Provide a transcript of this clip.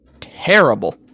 terrible